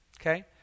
okay